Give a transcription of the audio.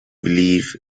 believe